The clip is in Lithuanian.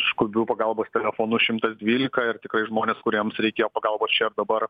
skubiu pagalbos telefonu šimtas dvylika ir tikrai žmonės kuriems reikėjo pagalbos čia ir dabar